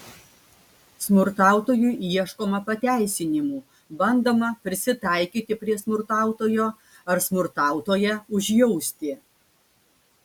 smurtautojui ieškoma pateisinimų bandoma prisitaikyti prie smurtautojo ar smurtautoją užjausti